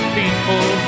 people